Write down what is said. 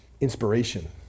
inspiration